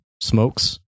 smokes